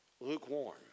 lukewarm